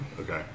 Okay